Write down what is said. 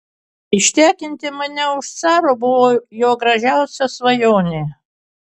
ištekinti mane už caro buvo jo gražiausia svajonė